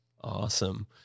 Awesome